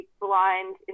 blind